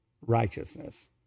righteousness